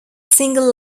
single